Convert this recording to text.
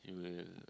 you will